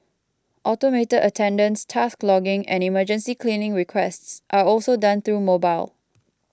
automated attendance task logging and emergency cleaning requests are also done through mobile